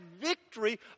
victory